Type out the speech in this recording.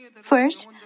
First